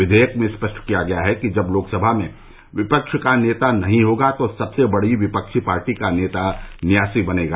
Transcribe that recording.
विघेयक में स्पष्ट किया गया है कि जब लोकसभा में विपक्ष का नेता नहीं होगा तो सबसे बड़ी विपक्षी पार्टी का नेता न्यासी बनेगा